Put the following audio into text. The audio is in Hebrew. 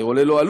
וזה עולה לו,